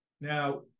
Now